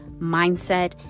mindset